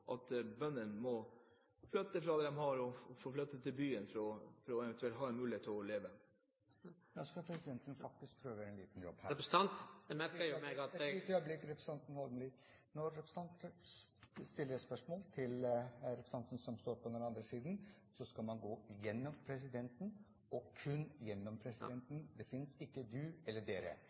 til bøndene neste år, for å unngå at bøndene må flytte fra det de har, og til byen – for eventuelt å prøve å få en mulighet til å overleve? Presidenten skal prøve å gjøre en liten jobb her. Når representanten stiller et spørsmål til representanten som står på den andre siden, skal spørsmålet stilles gjennom presidenten – og kun gjennom ham. Det finnes ikke «du» eller